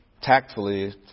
tactfully